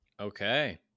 okay